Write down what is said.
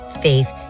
faith